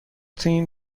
theme